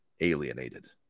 alienated